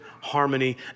harmony